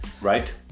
right